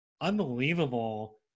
unbelievable